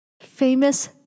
Famous